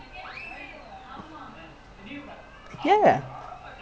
that means you legit can retire like forty lah or even like